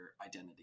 identity